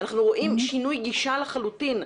אנחנו רואים שינוי גישה לחלוטין,